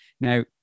now